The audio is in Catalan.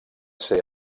ser